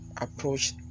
approach